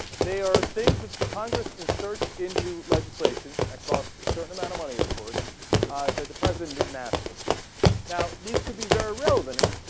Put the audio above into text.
they are things that congress and searched into legislation across a certain amount of money of course the president and ask for now these could be very relevant and ah.